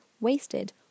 wasted